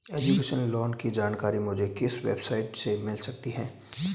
Education loan की जानकारी मुझे किस वेबसाइट से मिल सकती है?